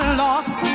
lost